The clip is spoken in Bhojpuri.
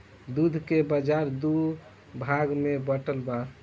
दूध के बाजार दू भाग में बाटल बा